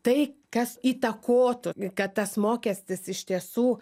tai kas įtakotų kad tas mokestis iš tiesų